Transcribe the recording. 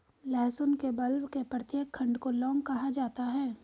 लहसुन के बल्ब के प्रत्येक खंड को लौंग कहा जाता है